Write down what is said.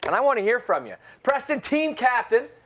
and i want to hear from you. preston, team captain.